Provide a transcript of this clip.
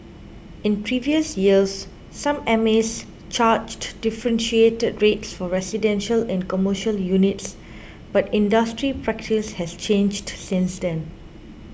in previous years some M As charged differentiated rates for residential and commercial units but industry practice has changed since then